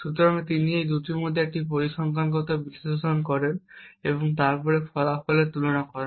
সুতরাং তিনি এই দুটির মধ্যে একটি পরিসংখ্যানগত বিশ্লেষণ করেন এবং তারপর ফলাফলের তুলনা করেন